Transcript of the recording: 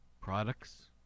products